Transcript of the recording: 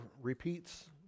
repeats